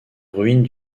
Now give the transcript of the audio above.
ruines